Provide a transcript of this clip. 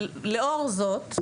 לאור זאת,